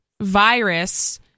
virus